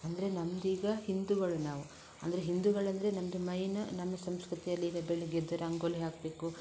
ಅಂದರೆ ನಮ್ಮದೀಗ ಹಿಂದೂಗಳು ನಾವು ಅಂದರೆ ಹಿಂದೂಗಳೆಂದರೆ ನಮ್ಮದು ಮೈನ್ ನಮ್ಮ ಸಂಸ್ಕೃತಿಯಲ್ಲಿ ಈಗ ಬೆಳಿಗ್ಗೆ ಎದ್ದು ರಂಗೋಲಿ ಹಾಕಬೇಕು